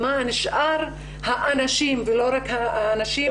למען שאר האנשים ולא רק הנשים,